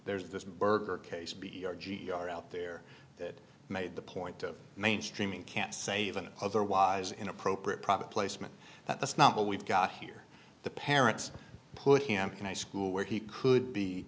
this burger case b r g yar out there that made the point of mainstreaming can't save an otherwise inappropriate product placement that that's not what we've got here the parents put him in a school where he could be